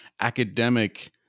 academic